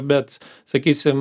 bet sakysim